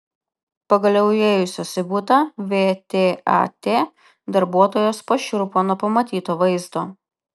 pagaliau įėjusios į butą vtat darbuotojos pašiurpo nuo pamatyto vaizdo